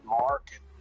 mark